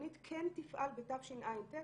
שהתוכנית כן תפעל בתשע"ט.